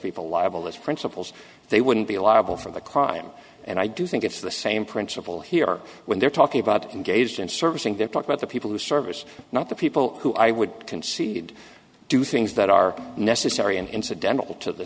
people liable as principles they wouldn't be allowable for the crime and i do think it's the same principle here when they're talking about engaged in servicing their talk about the people who service not the people who i would concede do things that are necessary and incidental to the